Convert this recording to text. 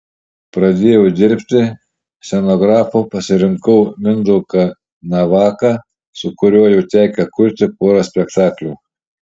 pradėjau dirbti scenografu pasirinkau mindaugą navaką su kuriuo jau tekę kurti porą spektaklių